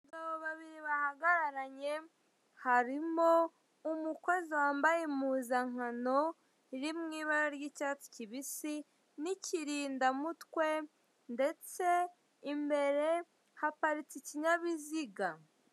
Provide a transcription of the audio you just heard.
Abagabo babiri bahagararanye harimo umukozi wambaye impuzankano iri mu ibara ry'icyatsi kibisi n'ikirinda mutwe ndetse imbere haparitse ikinyabiziga.